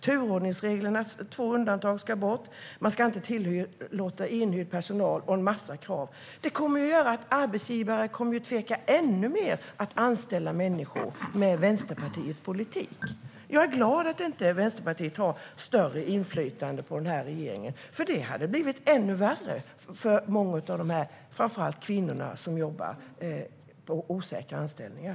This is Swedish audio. Turordningsreglernas två undantag ska bort, och man ska inte tillåta inhyrd personal. Arbetsgivare skulle tveka ännu mer att anställa människor med Vänsterpartiets politik. Jag är glad att Vänsterpartiet inte har större inflytande på regeringen, för då hade det blivit ännu värre för många, framför allt för de kvinnor som har jobb med osäkra anställningar.